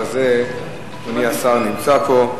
אדוני השר נמצא פה,